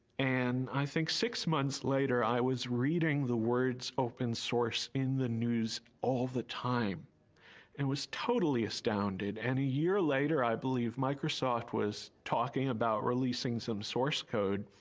and i think six months later i was reading the words open source in the news all the time and was totally astounded and a year later, i believe microsoft was talking about releasing some source code